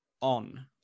on